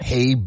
Hey